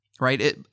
right